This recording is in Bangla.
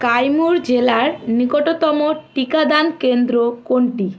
কাইমুর জেলার নিকটতম টিকাদান কেন্দ্র কোনটি